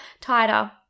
tighter